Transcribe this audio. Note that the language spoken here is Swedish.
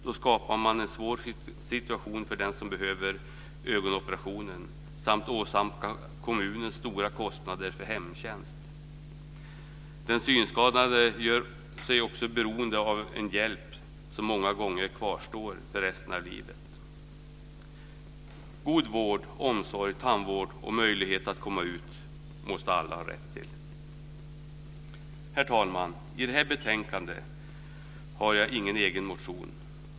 Då skapar man en svår situation för den som behöver få ögonoperationen utförd samt åsamkar kommunen stora kostnader för hemtjänst. Den synskadade gör sig också beroende av en hjälp som många gånger kvarstår för resten av livet. God vård, omsorg, tandvård och möjlighet att komma ut måste alla ha rätt till. Herr talman! I det här betänkandet har jag ingen egen motion.